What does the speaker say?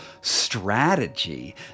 strategy